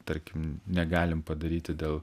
tarkim negalim padaryti dėl